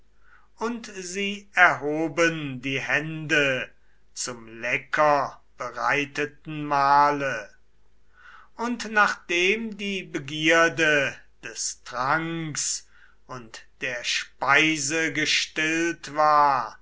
und sie erhoben die hände zum lecker bereiteten mahle und nachdem die begierde des tranks und der speise gestillt war